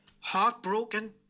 heartbroken